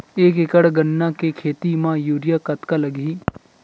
एक एकड़ गन्ने के खेती म यूरिया कतका लगही?